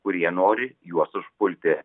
kurie nori juos užpulti